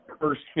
first